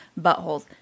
buttholes